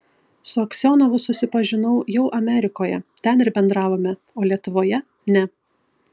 su aksionovu susipažinau jau amerikoje ten ir bendravome o lietuvoje ne